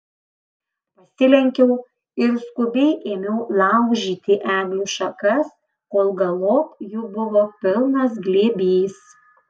pasilenkiau ir skubiai ėmiau laužyti eglių šakas kol galop jų buvo pilnas glėbys